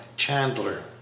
Chandler